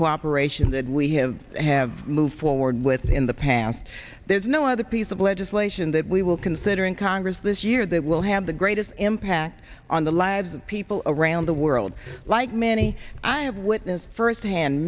cooperation that we have have moved forward with in the past there's no other piece of legislation that we will consider in congress this year that will have the greatest impact on the lives of people around the world like many i have witnessed firsthand